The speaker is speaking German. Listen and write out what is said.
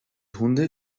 hunde